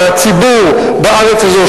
מהציבור בארץ הזו,